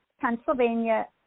Pennsylvania